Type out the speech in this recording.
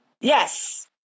Yes